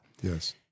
Yes